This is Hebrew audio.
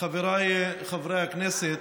חבריי חברי הכנסת,